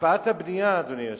הקפאת הבנייה, אדוני היושב-ראש,